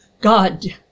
God